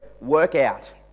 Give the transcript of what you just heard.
Workout